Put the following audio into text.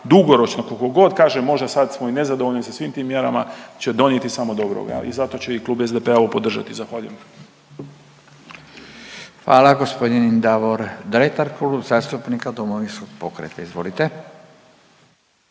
dugoročno koliko god kažem možda sad smo i nezadovoljni sa svim tim mjerama će donijeti samo dobroga i zato će i klub SDP-a ovo podržati. Zahvaljujem. **Radin, Furio (Nezavisni)** Gospodin Davor Dretar, Klub zastupnika Domovinskog pokreta. Izvolite.